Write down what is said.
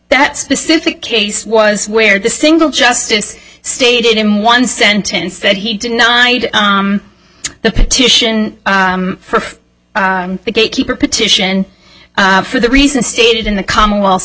that specific case was where the single justice stated in one sentence that he denied the petition for the gatekeeper petition for the reason stated in the commonwealth